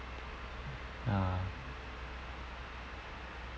ya